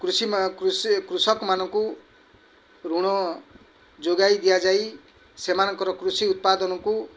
କୃଷି କୃଷକମାନଙ୍କୁ ଋଣ ଯୋଗାଇ ଦିଆଯାଇ ସେମାନଙ୍କର କୃଷି ଉତ୍ପାଦନକୁ